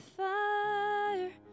fire